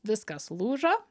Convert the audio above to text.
viskas lūžo